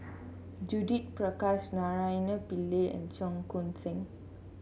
Judith Prakash Naraina Pillai and Cheong Koon Seng